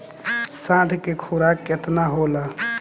साँढ़ के खुराक केतना होला?